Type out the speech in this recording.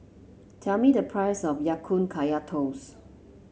tell me the price of Ya Kun Kaya Toast